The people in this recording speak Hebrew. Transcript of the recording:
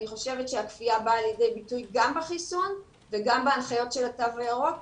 אני חושבת שהכפייה באה לידי ביטוי גם בחיסון וגם בהנחיות של התו הירוק,